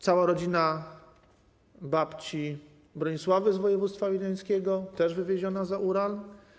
Cała rodzina babci Bronisławy z województwa wileńskiego - też wywieziona za Ural.